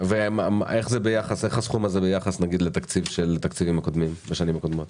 איך הסכום הזה ביחס לתקציבים הקודמים בשנים הקודמות?